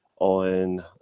on